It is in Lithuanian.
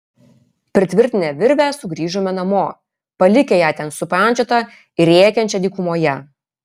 pritvirtinę virvę sugrįžome namo palikę ją ten supančiotą ir rėkiančią dykumoje